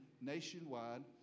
nationwide